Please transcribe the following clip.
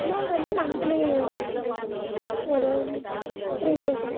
amount வந்து monthly ஒரு three thousand